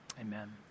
Amen